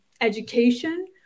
education